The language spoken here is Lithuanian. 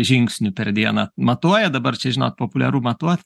žingsnių per dieną matuojat dabar čia žinot populiaru matuot